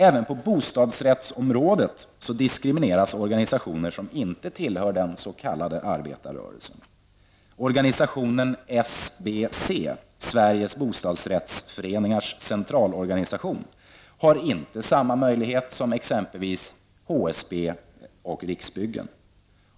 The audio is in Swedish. Även på bostadsrättsområdet diskrimineras organisationer som inte tillhör den s.k. arbetarrörelsen. Organiationen SBC, Sveriges bostadsrättsföreningars centralorganisation, har inte samma möjlighet som exempelvis HSB och Riksbyggen.